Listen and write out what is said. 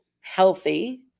healthy